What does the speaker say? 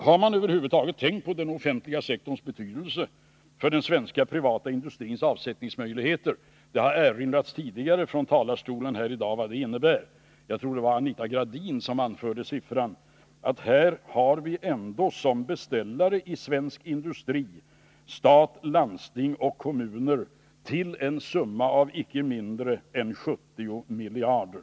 Har man över huvud taget tänkt på den offentliga sektorns betydelse för den svenska privata industrins avsättningsmöjligheter? Det har tidigare i dag erinrats från talarstolen om vad det innebär. Jag tror att det var Anita Gradin som anförde siffran: Stat, landsting och kommuner gör beställningar till svensk industri för en summa av icke mindre än 70 miljarder.